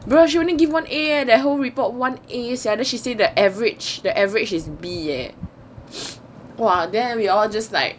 bruh she only give one a eh that whole report one a sia then she say the average the average is B eh !wah! then we all just like